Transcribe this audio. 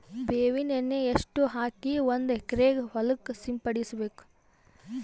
ಬೇವಿನ ಎಣ್ಣೆ ಎಷ್ಟು ಹಾಕಿ ಒಂದ ಎಕರೆಗೆ ಹೊಳಕ್ಕ ಸಿಂಪಡಸಬೇಕು?